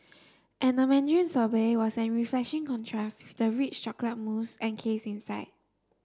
and the mandarin sorbet was a refreshing contrast with the rich chocolate mousse encase inside